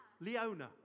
Leona